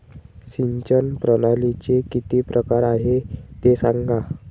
सिंचन प्रणालीचे किती प्रकार आहे ते सांगा